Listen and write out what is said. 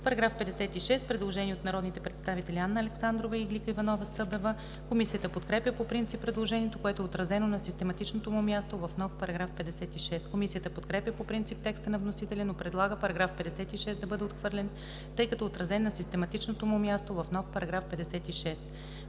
По § 56 има предложение от народните представители Анна Александрова и Иглика Иванова-Събева. Комисията подкрепя по принцип предложението, което е отразено на систематичното му място в нов § 56. Комисията подкрепя по принцип текста на вносителя, но предлага § 56 да бъде отхвърлен, тъй като е отразен на систематичното му място в нов § 56.